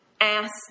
ass